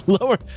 lower